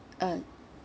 uh